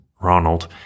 Ronald